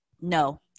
No